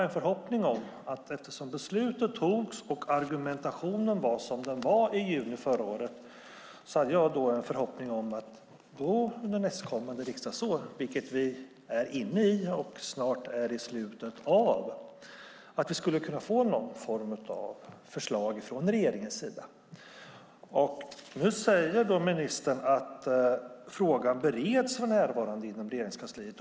Eftersom beslutet togs och argumentationen var som den var i juni förra året hade jag tillsammans med många andra en förhoppning om att vi under nästkommande riksdagsår - som vi är inne i och snart är i slutet av - skulle kunna få någon form av förslag från regeringens sida. Nu säger ministern: "Frågan bereds för närvarande inom Regeringskansliet."